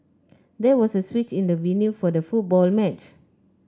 there was a switch in the venue for the football match